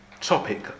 topic